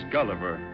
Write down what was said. Gulliver